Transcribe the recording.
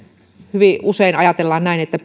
hyvin usein ajatellaan näin että